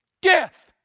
death